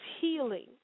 healing